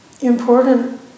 important